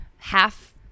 Half